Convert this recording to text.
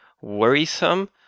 worrisome